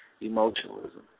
emotionalism